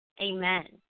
Amen